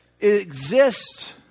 exists